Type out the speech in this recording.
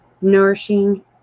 nourishing